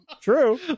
True